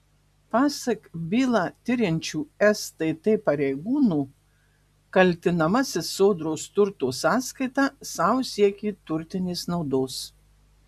pasak bylą tiriančių stt pareigūnų kaltinamasis sodros turto sąskaita sau siekė turtinės naudos